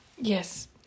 yes